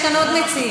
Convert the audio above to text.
יש כאן עוד מציעים.